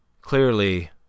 Clearly